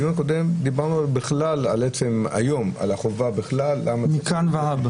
בדיון הקודם דיברנו על החובה בכלל היום.